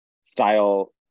style